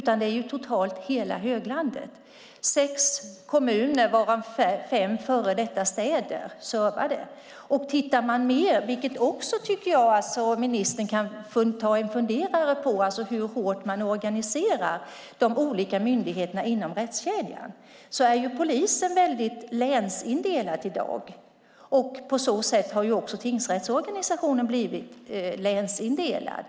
Den täcker totalt hela höglandet och servar sex kommuner, varav fem före detta städer. Jag tycker att ministern kan ta sig en funderare på hur hårt man organiserar de olika myndigheterna inom rättskedjan. Polisen är i hög grad länsindelad i dag. På så sätt har också tingsrättsorganisationen blivit länsindelad.